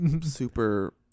Super